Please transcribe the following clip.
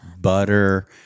Butter